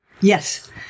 Yes